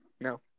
No